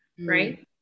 right